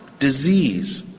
disease,